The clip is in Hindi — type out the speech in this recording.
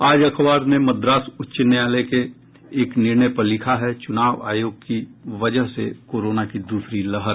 आज अखबार ने मद्रास उच्च न्यायालय के एक निर्णय पर लिखा है चुनाव आयोग की वहज से कोरोना की दूसरी लहर